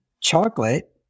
chocolate